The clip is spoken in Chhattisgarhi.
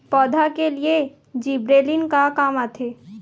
पौधा के लिए जिबरेलीन का काम आथे?